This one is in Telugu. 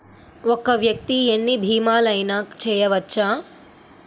ఒక్క వ్యక్తి ఎన్ని భీమలయినా చేయవచ్చా?